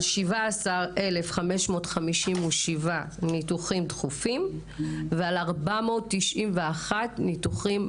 על 17,557 ניתוחים דחופים ועל 491 ניתוחים